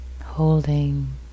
holding